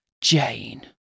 Jane